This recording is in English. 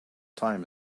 time